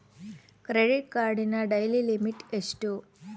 Credit ಕಾರ್ಡಿನ daily limit ಎಷ್ಟು?